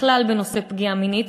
בכלל בנושא פגיעה מינית,